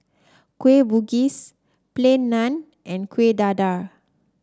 Kueh Bugis Plain Naan and Kuih Dadar